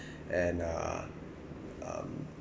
and uh um